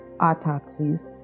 autopsies